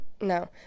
No